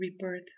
rebirth